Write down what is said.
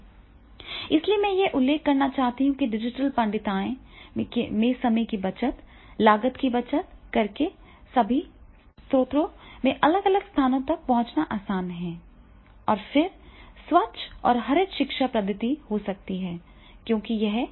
इसलिए मैं यह उल्लेख करना चाहता हूं कि डिजिटल पांडित्य में समय की बचत लागत की बचत करके सभी स्रोतों से अलग अलग स्थानों तक पहुंचना आसान है और फिर स्वच्छ और हरित शिक्षा पद्धति हो सकती है क्योंकि यह पेपरलेस भी होगी